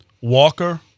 Walker